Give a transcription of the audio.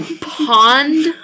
pond